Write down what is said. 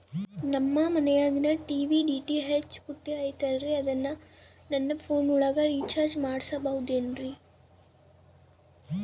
ನಮ್ಮ ಮನಿಯಾಗಿನ TV DTH ಪುಟ್ಟಿ ಐತಲ್ರೇ ಅದನ್ನ ನನ್ನ ಪೋನ್ ಒಳಗ ರೇಚಾರ್ಜ ಮಾಡಸಿಬಹುದೇನ್ರಿ?